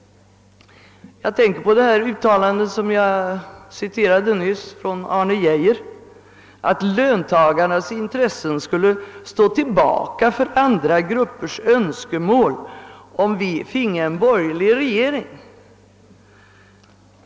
Jag tänker på det uttalande av Arne Geijer som jag nyss citerade, nämligen att löntagarnas intresse skulle stå tillbaka för andra gruppers önskemål om vi finge en borgerlig regering.